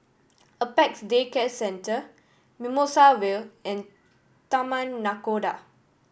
Apex Day Care Centre Mimosa Vale and Taman Nakhoda